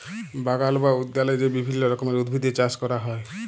বাগাল বা উদ্যালে যে বিভিল্য রকমের উদ্ভিদের চাস ক্যরা হ্যয়